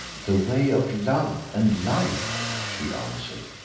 the way of love and life! she answered,